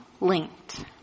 linked